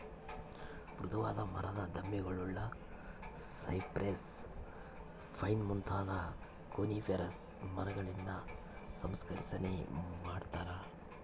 ಮೃದುವಾದ ಮರದ ದಿಮ್ಮಿಗುಳ್ನ ಸೈಪ್ರೆಸ್, ಪೈನ್ ಮುಂತಾದ ಕೋನಿಫೆರಸ್ ಮರಗಳಿಂದ ಸಂಸ್ಕರಿಸನೆ ಮಾಡತಾರ